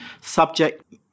subject